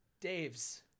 Dave's